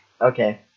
okay